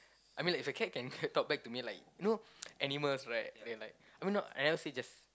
I mean if like a cat can talk back to me like you know animals right they are like I mean not I never say just